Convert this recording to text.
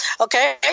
Okay